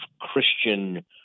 Christian –